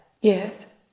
Yes